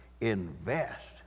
invest